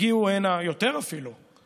הגיעו הנה אפילו יותר,